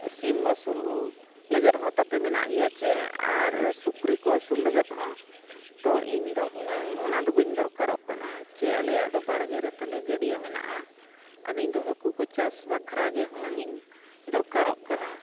ᱥᱤᱢ ᱟᱹᱥᱩᱞ ᱞᱟᱹᱜᱤᱫ ᱦᱚᱸ ᱛᱟᱯᱮ ᱢᱮᱱᱟᱜ ᱜᱮᱭᱟ ᱪᱮ ᱟᱨ ᱥᱩᱠᱨᱤ ᱠᱚ ᱟᱹᱥᱩᱞ ᱞᱟᱹᱜᱤᱫ ᱦᱚᱸ ᱛᱚ ᱤᱧᱫᱚ ᱦᱩᱱᱟᱹᱝ ᱚᱱᱟᱫᱚ ᱵᱟᱹᱧ ᱫᱚᱨᱠᱟᱨᱚᱜ ᱠᱟᱱᱟ ᱪᱮᱫ ᱟᱞᱮᱭᱟᱜ ᱫᱚ ᱵᱟᱲᱜᱮ ᱨᱮ ᱛᱟᱞᱮ ᱜᱟᱹᱰᱭᱟᱹ ᱢᱮᱱᱟᱜᱼᱟ ᱟᱫᱚ ᱤᱧᱫᱚ ᱦᱟᱹᱠᱩ ᱠᱚ ᱪᱟᱥ ᱵᱟᱠᱷᱨᱟ ᱜᱮ ᱦᱩᱱᱟᱹᱝᱤᱧ ᱫᱚᱨᱠᱟᱨᱚᱜ ᱠᱟᱱᱟ